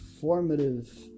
formative